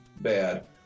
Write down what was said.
bad